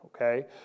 okay